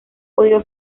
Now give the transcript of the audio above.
podido